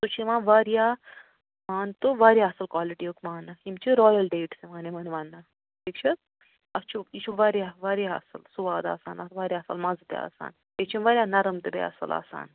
سُہ چھُ یِوان واریاہ مان تہٕ واریاہ اَصٕل کالٹِیُک ماننہٕ یِم چھِ رایَل ڈیٹٕس یِوان یِمَن وَننہٕ ٹھیٖک چھِ حظ اَتھ چھُ یہِ چھُ واریاہ واریاہ اَصٕل سواد آسان اَتھ واریاہ اَصٕل مَزٕ تہِ آسان یہِ چھُ واریاہ نَرَم تہٕ بیٚیہِ اَصٕل آسان